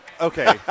okay